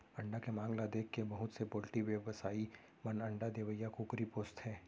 अंडा के मांग ल देखके बहुत से पोल्टी बेवसायी मन अंडा देवइया कुकरी पोसथें